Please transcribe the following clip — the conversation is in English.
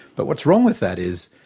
but what's wrong with that is,